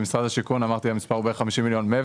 במשרד השיכון יש 50 מיליון לחיזוק מבנים,